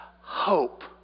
hope